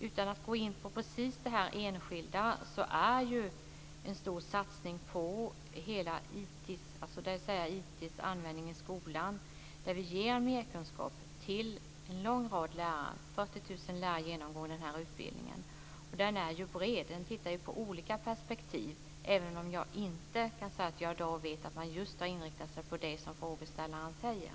Utan att gå in på precis den här enskilda frågan så är det ju en stor satsning på hela IT-användningen i skolan där vi ger merkunskap till en lång rad lärare. 40 000 lärare genomgår den här utbildningen. Och den är ju bred. Den tittar på olika perspektiv - även om jag inte kan säga att jag i dag vet att man just har inriktat sig på det som frågeställaren nämner.